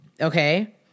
Okay